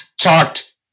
talked